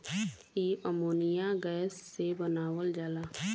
इ ammonia gas से बनावल जाला